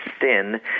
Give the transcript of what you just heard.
sin